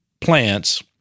plants